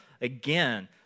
again